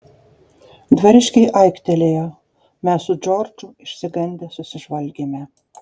dvariškiai aiktelėjo mes su džordžu išsigandę susižvalgėme